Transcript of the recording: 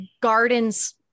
gardens